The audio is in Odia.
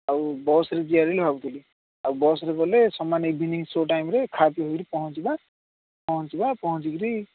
ଆଉ ବସ୍ରେ ଯିବାପାଇଁ ଭାବୁଥିଲି ଆଉ ବସ୍ରେ ଗଲେ ସମାନ ଇଭିନିଂ ସୋ ଟାଇମ୍ରେ ଖାଅପିଅ ହେଇକରି ପହଞ୍ଚିବା ପହଞ୍ଚିବା ପହଞ୍ଚିକରି